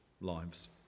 lives